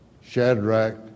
Shadrach